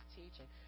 teaching